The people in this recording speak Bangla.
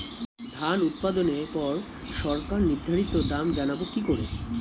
ধান উৎপাদনে পর সরকার নির্ধারিত দাম জানবো কি করে?